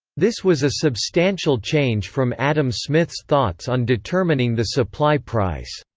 this was a substantial change from adam smith's thoughts on determining the supply price.